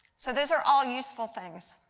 so those are all useful things.